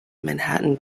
manhattan